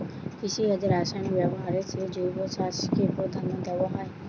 কৃষিকাজে রাসায়নিক ব্যবহারের চেয়ে জৈব চাষকে প্রাধান্য দেওয়া হয়